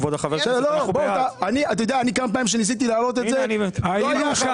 כמה פעמים שניסיתי להעלות את זה, לא היה.